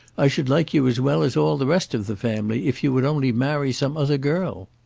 i should like you as well as all the rest of the family if you would only marry some other girl.